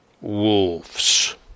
wolves